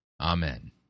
Amen